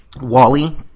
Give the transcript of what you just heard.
Wally